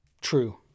True